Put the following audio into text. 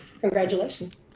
congratulations